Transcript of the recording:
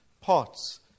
parts